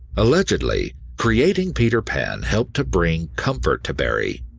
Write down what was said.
allegedly, creating peter pan helped to bring comfort to barrie,